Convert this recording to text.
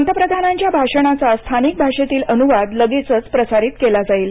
पंतप्रधानांच्या भाषणाचा स्थानिक भाषेतील अनुवाद लगेचच प्रसारित केला जाईल